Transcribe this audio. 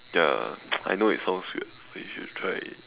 ya I know it sounds weird but you should try it